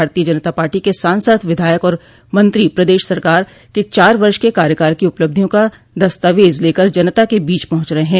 भारतीय जनता पार्टी के सांसद विधायक और मंत्री प्रदेश सरकार के चार वर्ष के कार्यकाल की उपलब्धियों का दस्तावेज लेकर जनता के बीच पहुंच रहे हैं